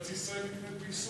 שארץ-ישראל נקנית בייסורים.